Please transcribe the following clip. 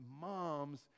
moms